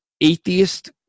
atheist